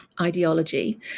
ideology